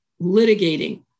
litigating